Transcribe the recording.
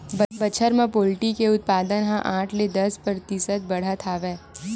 बछर म पोल्टी के उत्पादन ह आठ ले दस परतिसत बाड़हत हे